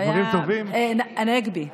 הנגבי,